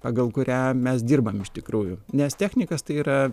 pagal kurią mes dirbam iš tikrųjų nes technikas tai yra